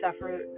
suffer